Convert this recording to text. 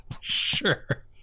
sure